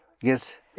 Yes